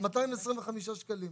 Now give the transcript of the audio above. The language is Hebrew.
225 שקלים.